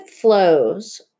flows